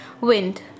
Wind